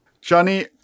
johnny